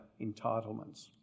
entitlements